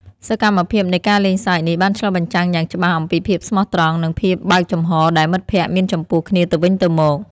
សកម្មភាពនៃការលេងសើចនេះបានឆ្លុះបញ្ចាំងយ៉ាងច្បាស់អំពីភាពស្មោះត្រង់ និងភាពបើកចំហរដែលមិត្តភក្តិមានចំពោះគ្នាទៅវិញទៅមក។